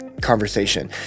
conversation